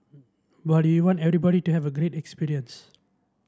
but we want everybody to have a great experience